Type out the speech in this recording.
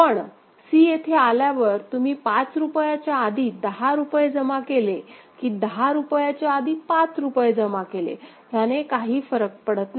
पण c येथे आल्यावर तुम्ही पाच रुपयाच्या आधी दहा रुपये जमा केले की दहा रुपयाच्या आधी पाच रुपये जमा केले ह्याने फरक पडत नाही